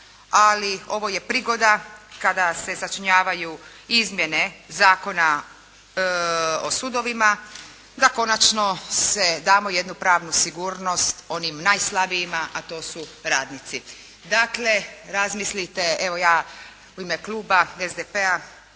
ali ovo je prigoda kada se sačinjavaju izmjene Zakona o sudovima da konačno se, damo jednu pravnu sigurnost onim najslabijima a to su radnici. Dakle razmislite, evo ja u ime Kluba SDP-a